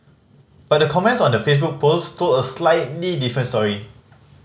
but the comments on the Facebook post told a slightly different story